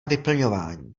vyplňování